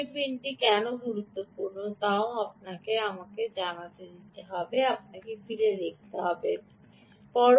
এই পিনটি কেন গুরুত্বপূর্ণ তা আপনাকেও আমাকে জানাতে আমাকে ফিরে যেতে দিন